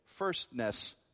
firstness